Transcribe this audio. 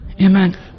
Amen